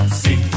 see